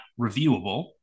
reviewable